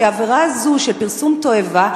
כי העבירה הזאת של פרסום תועבה,